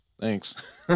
Thanks